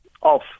off